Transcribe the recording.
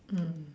mm